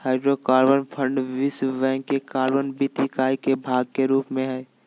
hydrocarbon fund विश्व bank के carbon वित्त इकाई के भाग के रूप में हइ